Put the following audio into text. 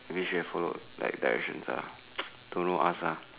we should have followed directions lah don't know ask lah